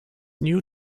new